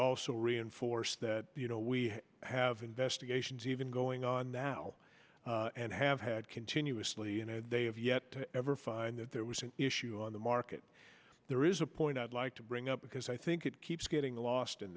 also reinforce that you know we have investigations even going on now and have had continuously you know they have yet to ever find that there was an issue on the market there is a point i'd like to bring up because i think it keeps getting lost in